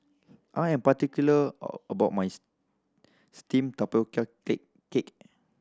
I am particular about my steamed tapioca cake